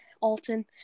Alton